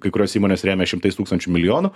kai kurios įmonės rėmė šimtais tūkstančių milijonų